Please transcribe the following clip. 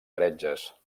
heretges